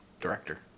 director